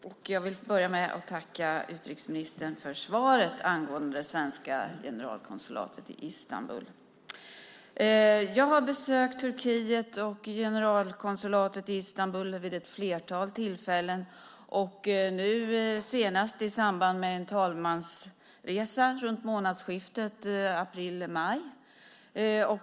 Fru talman! Jag vill börja med att tacka utrikesministern för svaret angående det svenska generalkonsulatet i Istanbul. Jag har besökt Turkiet och generalkonsulatet i Istanbul vid ett flertal tillfällen, nu senast i samband med en talmansresa runt månadsskiftet april-maj.